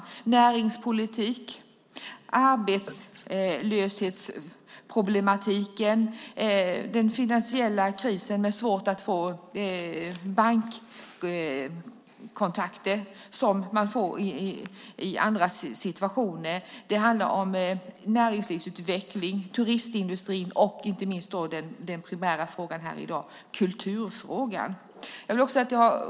Det gäller näringspolitik, arbetslöshetsproblem och den finansiella krisen när det är svårt att få de bankkontakter som kan finnas i andra situationer. Det handlar om näringslivsutveckling, turistindustrin och inte minst den primära frågan här i dag, kulturfrågan.